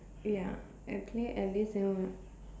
ya I'll play Alice in won~